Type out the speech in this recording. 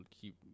keep